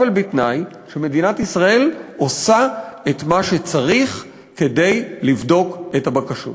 אבל בתנאי שמדינת ישראל עושה את מה שצריך כדי לבדוק את הבקשות.